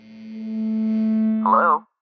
Hello